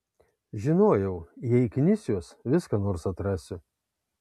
žinojau jei knisiuos vis ką nors atrasiu